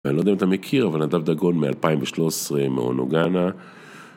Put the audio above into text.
ואני לא יודע אם אתה מכיר, אבל נדב דגון מ-2013 מאונו גאנה.